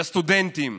לסטודנטים,